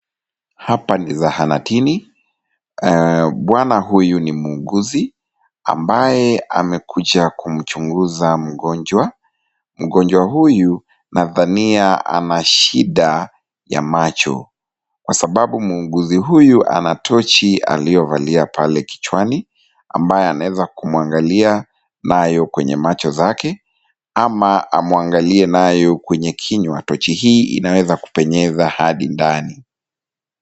Hapa ni zahanatini. Bwana huyu ni muuguzi ambaye amekuja kumchunguza mgonjwa. Mgonjwa huyu nadhania ana shida ya macho kwa sababu muuguzi huyu ana tochi aliyovalia pale kichwani ambaye anaweza kumwangalia nayo kwenye macho zake ama amwangaliye nayo kwenye kinywani. Tochi hii inaweza kupenyeza hadi ndani.